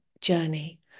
journey